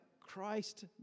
Christ